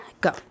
go